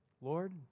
Lord